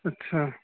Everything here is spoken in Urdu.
اچھا